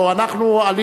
לא, אנחנו עלינו,